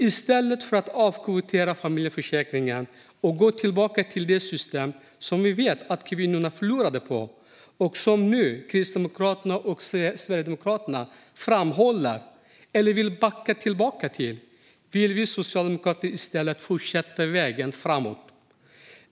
I stället för att avkvotera familjeförsäkringen och gå tillbaka till det system som vi vet att kvinnorna förlorade på och som Kristdemokraterna och Sverigedemokraterna nu framhåller, eller vill backa tillbaka till, vill vi socialdemokrater fortsätta vägen framåt.